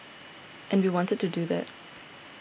and we wanted to do that